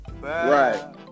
right